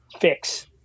fix